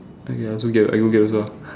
okay I also get I go get also